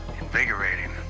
Invigorating